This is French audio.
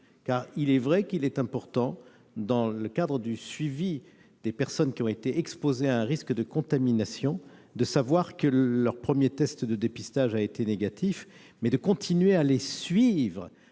Il est de fait important, dans le cadre du suivi des personnes qui ont été exposées à un risque de contamination, de savoir que leur premier test de dépistage a été négatif. Il faut cependant continuer de les suivre,